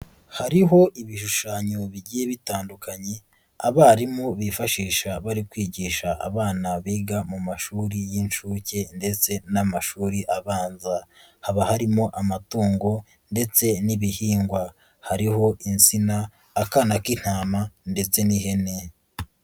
Hariho ibishushanyo bigiye bitandukanye abarimu bifashisha bari kwigisha abana biga mu mashuri y'inshuke ndetse n'amashuri abanza, haba harimo amatungo ndetse n'ibihingwa hariho insina, akana k'intama ndetse n'ihene.